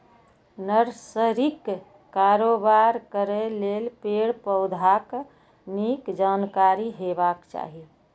नर्सरीक कारोबार करै लेल पेड़, पौधाक नीक जानकारी हेबाक चाही